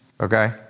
Okay